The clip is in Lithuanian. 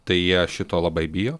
tai jie šito labai bijo